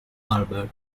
albert